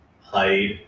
hide